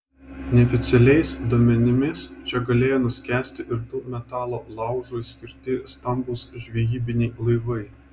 neoficialiais duomenimis čia galėjo nuskęsti ir du metalo laužui skirti stambūs žvejybiniai laivai